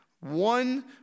one